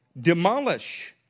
Demolish